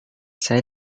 saya